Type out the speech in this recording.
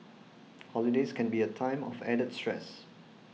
holidays can be a time of added stress